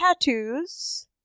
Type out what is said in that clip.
tattoos